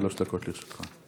שלוש דקות לרשותך.